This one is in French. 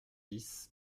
dix